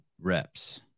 reps